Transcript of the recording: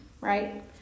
right